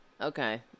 Okay